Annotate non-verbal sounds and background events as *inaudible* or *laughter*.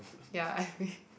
ya *noise*